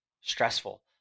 stressful